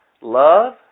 love